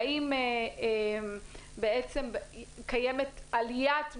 האם קיימת עליית מחירים,